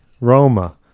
Roma